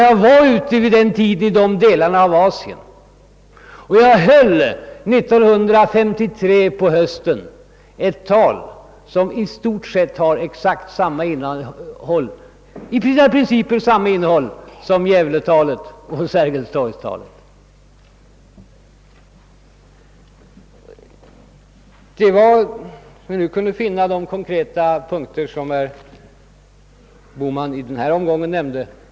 Jag besökte vid denna tid Asien, och jag höll år 1953 på hösten ett tal som i princip hade samma innehåll som Gävle-talet och Sergels torg-talet. Detta var de konkreta punkter som herr Bohman i denna omgång nämnde.